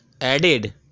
added